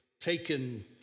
taken